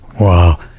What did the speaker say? Wow